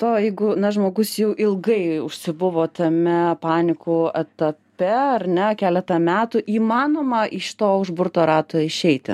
to jeigu na žmogus jau ilgai užsibuvo tame panikų etape ar ne keletą metų įmanoma iš to užburto rato išeiti